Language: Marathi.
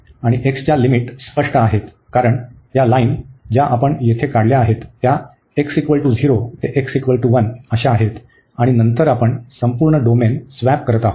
आणि x च्या लिमिट स्पष्ट आहेत कारण या लाईन ज्या आपण येथे काढल्या आहेत त्या x 0 ते x 1 अशा जात आहेत आणि नंतर आपण संपूर्ण डोमेन स्वॅप करत आहोत